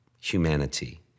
humanity